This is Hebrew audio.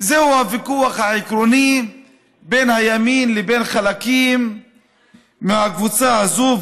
שזהו הוויכוח העקרוני בין הימין לבין חלקים מהקבוצה הזו,